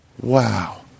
wow